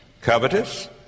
Covetous